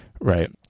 Right